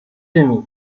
demi